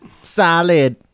solid